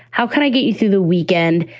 how can i get you through the weekend?